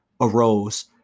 arose